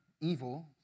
evil